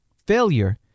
Failure